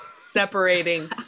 separating